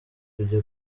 kujya